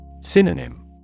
Synonym